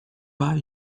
pas